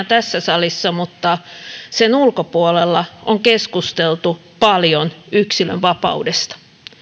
tässä salissa mutta sen ulkopuolella on keskusteltu paljon yksilönvapaudesta